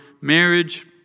marriage